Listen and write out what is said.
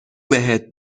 بهت